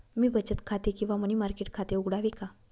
मी बचत खाते किंवा मनी मार्केट खाते उघडावे का?